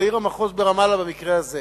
או לעיר המחוז רמאללה במקרה הזה.